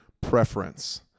preference